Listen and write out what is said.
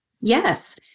Yes